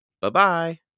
Bye-bye